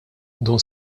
dun